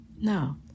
no